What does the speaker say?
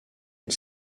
une